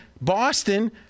Boston